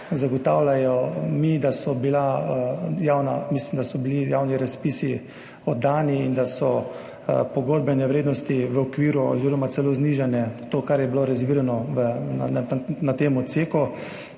Zagotavljajo mi, da so bili javni razpisi oddani in da so pogodbene vrednosti v okviru oziroma celo znižane, to, kar je bilo rezervirano na tem odseku.